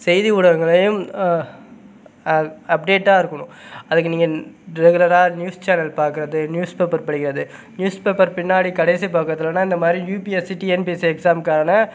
செய்தி ஊடகங்களையும் அ அப்டேட்டாக இருக்கணும் அதுக்கு நீங்கள் ரெகுலராக நியூஸ் சேனல் பார்க்கறது நியூஸ் பேப்பர் படிக்கிறது நியூஸ் பேப்பர் பின்னாடி கடைசி பக்கத்திலலாம் இந்த மாதிரி யுபிஎஸ்சி டிஎன்பிஎஸ்சி எக்ஸாமுக்கான